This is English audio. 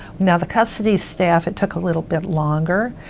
now the custody staff, it took a little bit longer,